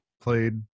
played